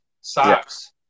socks